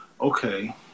Okay